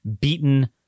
beaten